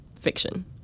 fiction